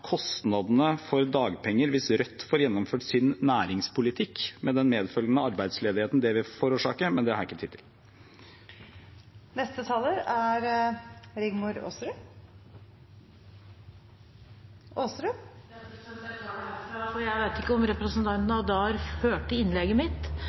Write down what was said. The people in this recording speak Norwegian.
kostnadene for dagpenger hvis Rødt får gjennomført sin næringspolitikk, med den medfølgende arbeidsledigheten det vil forårsake, men det har jeg ikke tid til. De talere som heretter får ordet, har også en taletid på inntil 3 minutter. Jeg vet ikke om representanten